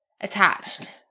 attached